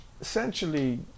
essentially